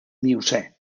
miocè